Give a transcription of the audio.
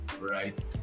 Right